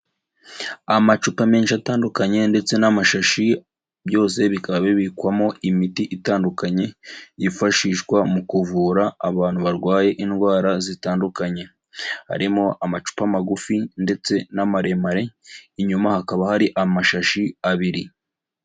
Amacupa menshi atandukanye ndetse n'amashashi, byose bikaba bibikwamo imiti itandukanye yifashishwa mu kuvura abantu barwaye indwara zitandukanye, harimo amacupa magufi ndetse n'amaremare, inyuma hakaba hari amashashi abiri.